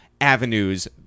avenues